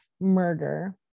murder